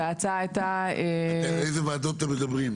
וההצעה הייתה --- על איזה וועדות אתם מדברים?